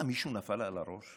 מה, מישהו נפל על הראש?